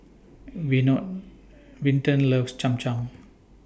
Vinton loves Cham Cham